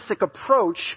approach